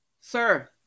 Sir